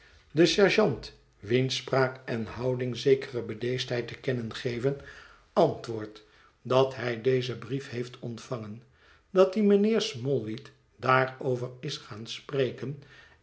de sergeant wiens spraak en houding zekere bedeesdheid te kennen geven antwoordt dat hij dezen brief heeft ontvangen dat hij mijnheer smallweed daarover is gaan spreken